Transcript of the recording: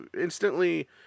instantly